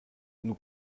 nous